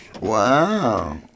Wow